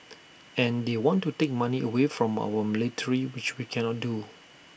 and they want to take money away from our military which we cannot do